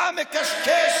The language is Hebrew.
מה מקשקש,